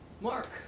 Mark